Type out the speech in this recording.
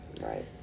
Right